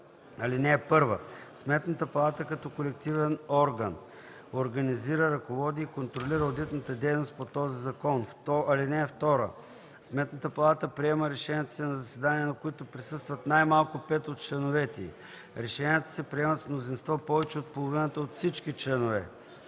Чл. 9. (1) Сметната палата като колективен орган организира, ръководи и контролира одитната дейност по този закон. (2) Сметната палата приема решенията си на заседания, на които присъстват най-малко 5 от членовете й. Решенията се приемат с мнозинство повече от половината от всички членове.